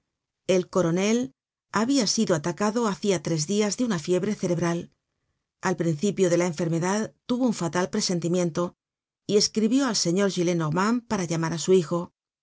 el coronel habia sido atacado hacia tres dias de una fiebre cerebral al principio de la enfermedad tuvo un fatal presentimiento y escribió al señor gillenormand para llamar á su hijo